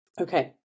Okay